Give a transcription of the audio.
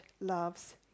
loves